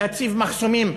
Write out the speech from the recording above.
להציב מחסומים,